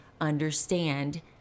understand